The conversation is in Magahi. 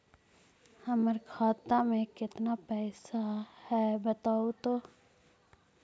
हमर खाता में केतना पैसा है बतहू तो?